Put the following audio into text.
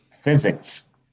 physics